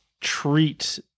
Treat